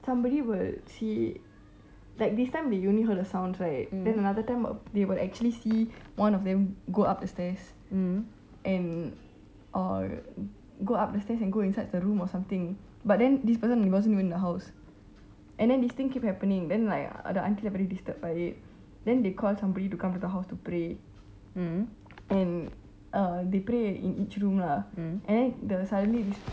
somebody will see like this time they only heard sounds right then another time they will actually see one of them go up the stairs and uh go up the stairs and go inside the room or something but then this person wasn't even in this house and then this thing keep happening then like the aunty like very disturbed by it then they called somebody to come to the house to pray and uh they pray in each room lah and then the suddenly this